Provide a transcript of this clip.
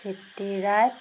city ride